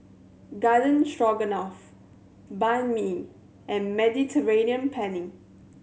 Garden Stroganoff Banh Mi and Mediterranean Penne